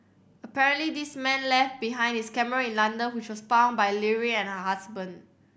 apparently this man left behind his camera in London which was found by Leary and her husband